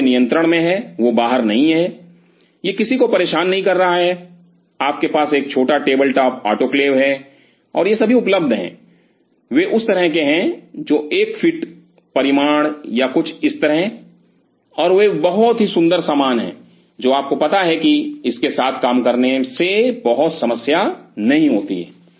जो आपके नियंत्रण में है वह बाहर नहीं है यह किसी को परेशान नहीं कर रहा है आपके पास एक छोटा टेबल टॉप आटोक्लेव है और ये सभी उपलब्ध हैं वे उस तरह के हैं जो एक फीट परिमाण या कुछ इस तरह और वे बहुत ही सुंदर सामान हैं जो आपको पता है कि इसके साथ काम करने से बहुत समस्या नहीं होती है